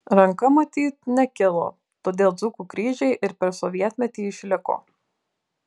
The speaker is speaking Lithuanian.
ranka matyt nekilo todėl dzūkų kryžiai ir per sovietmetį išliko